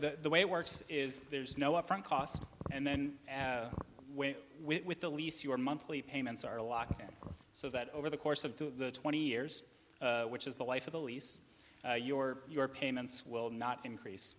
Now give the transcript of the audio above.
the way it works is there's no upfront cost and then with with the lease your monthly payments are locked up so that over the course of to twenty years which is the life of the lease your your payments will not increase